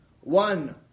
one